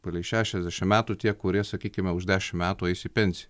palei šešiasdešim metų tie kurie sakykime už dešimt metų eis į pensiją